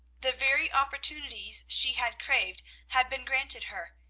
the very opportunities she had craved had been granted her,